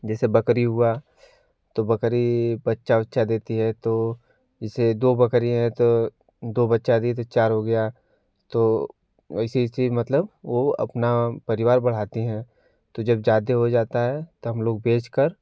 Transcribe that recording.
जैसे बकरी हुआ तो बकरी बच्चा उच्चा देती है तो जैसे दो बकरियाँ है तो दो बच्चा दी तो चार हो गया तो वैसी वैसी मतलब वो अपना परिवार बढ़ाती हैं तो जब ज़्यादा हो जाता है तब हम लोग बेचकर